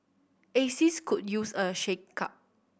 axis could use a shakeup